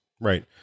Right